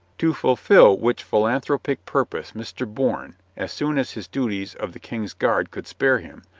to fulfil which philanthropic purpose mr. bourne, as soon as his duties of the king's guard could spare him,